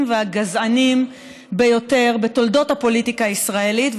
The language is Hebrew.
והגזענים ביותר בתולדות הפוליטיקה הישראלית.